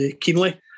keenly